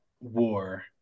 war